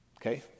Okay